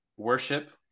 worship